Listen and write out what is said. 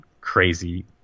crazy –